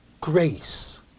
grace